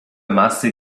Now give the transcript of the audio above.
masy